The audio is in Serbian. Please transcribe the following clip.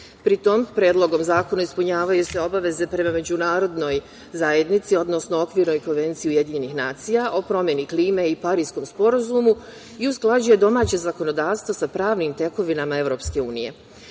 Pri tome, predlogom zakona ispunjavaju se obaveze prema međunarodnoj zajednici, odnosno okvirnoj Konvenciji UN o promeni klime i Pariskom sporazumu i usklađuje domaće zakonodavstvo sa pravnim tekovima EU.Predlogom